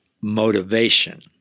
motivation